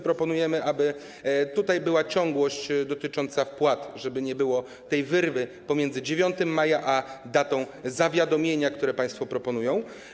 Proponujemy, aby była ciągłość dotycząca wpłat, żeby nie było tej wyrwy pomiędzy 9 maja a datą zawiadomienia, które państwo proponują.